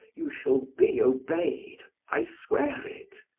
you shall be obeyed, i swear it,